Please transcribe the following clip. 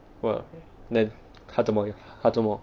!wah! then 他怎么他做么